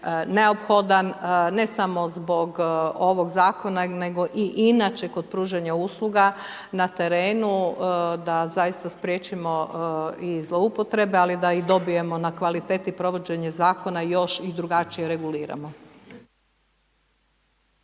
neophodan ne samo zbog ovog Zakona, nego i inače kod pružanja usluga na terenu, da zaista spriječimo i zloupotrebe, ali da i dobijemo na kvaliteti provođenje Zakona još i drugačije reguliramo.